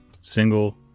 single